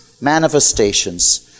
manifestations